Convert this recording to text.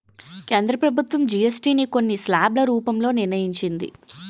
కేంద్ర ప్రభుత్వం జీఎస్టీ ని కొన్ని స్లాబ్ల రూపంలో నిర్ణయించింది